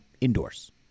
indoors